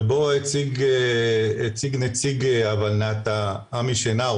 תכנוניים עקרוניים) ובו הציג נציג הולנת"ע עמי שנער,